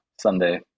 Sunday